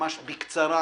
בקצרה,